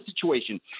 situation